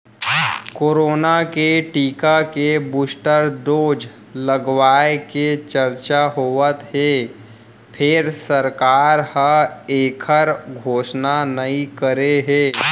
corona के टीका के बूस्टर डोज लगाए के चरचा होवत हे फेर सरकार ह एखर घोसना नइ करे हे